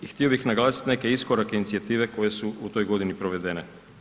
I htio bih naglasiti neke iskorake, inicijative koje su u toj godini provedene.